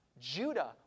Judah